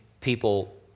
people